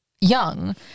young